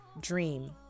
dream